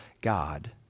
God